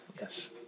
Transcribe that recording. yes